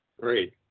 great